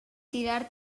tirar